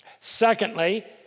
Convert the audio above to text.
Secondly